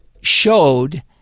showed